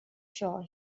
sure